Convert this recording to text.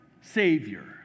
Savior